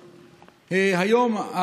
היום,